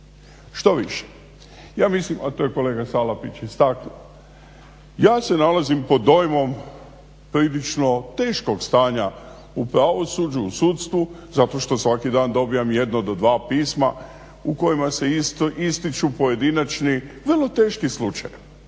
Štoviše, ja mislim a to je kolega Salapić istaknuo. Ja se nalazim pod dojmom prilično teškog stanja u Pravosuđu, u sudstvu zato što svaki dan dobivam jedno do dva pisma u kojima se ističu pojedinačni vrlo teški slučajevi.